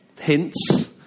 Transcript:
Hints